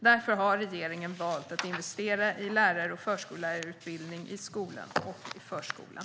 Därför har regeringen valt att investera i lärar och förskollärarutbildningarna och i skolan och förskolan.